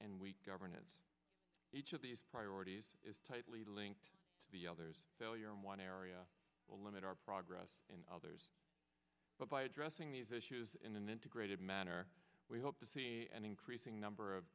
and weak governance each of these priorities is tightly linked to the others failure in one area will limit our progress in others but by addressing these issues in an integrated manner we hope to see an increasing number of